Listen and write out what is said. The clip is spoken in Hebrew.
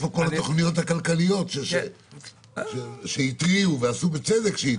אבל איפה כל התוכניות הכלכליות שהתריעו ועשו בצדק שהתריעו?